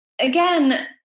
again